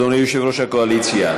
אדוני יושב-ראש הקואליציה,